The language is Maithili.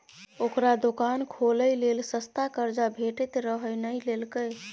ओकरा दोकान खोलय लेल सस्ता कर्जा भेटैत रहय नहि लेलकै